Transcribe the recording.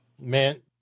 man